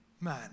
man